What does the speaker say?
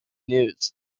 news